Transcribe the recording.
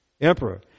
Emperor